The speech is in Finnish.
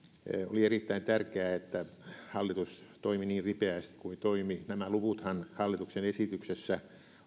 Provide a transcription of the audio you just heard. tärkeää että hallitus toimi niin ripeästi kuin toimi nämä luvuthan hallituksen esityksessä